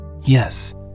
Yes